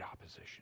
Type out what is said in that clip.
opposition